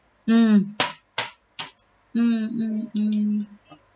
mm mm mm mm